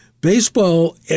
Baseball